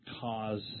cause